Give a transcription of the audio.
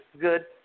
good